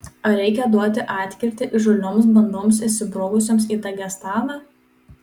ar reikia duoti atkirtį įžūlioms bandoms įsibrovusioms į dagestaną